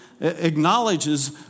acknowledges